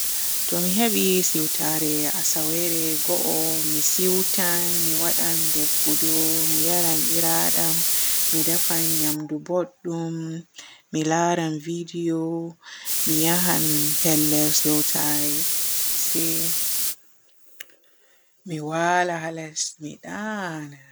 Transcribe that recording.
To mi hebi siiwtare asawere go'o mi siiwtan, mi waadan duggudu, Mi yaaran biradam, mi defan naymdu bodɗum, mi laaran video, mi yahan pellel siiwtare, se mi waala haa les mi nadana.